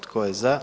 Tko je za?